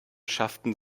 schafften